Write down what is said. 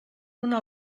una